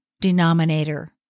denominator